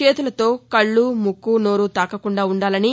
చేతులతో కళ్లు ముక్కు నోరు తాకకుండా ఉండాలని